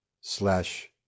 slash